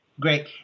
Great